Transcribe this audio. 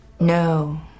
No